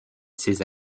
ses